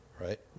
right